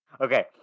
Okay